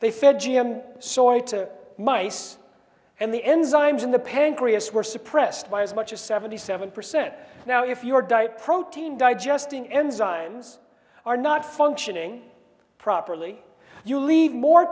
to mice and the enzymes in the pancreas were suppressed by as much as seventy seven percent now if your diet protein digesting enzymes are not functioning properly you leave more